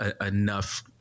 enough